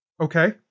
Okay